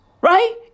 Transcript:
right